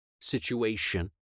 situation